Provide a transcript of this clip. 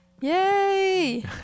Yay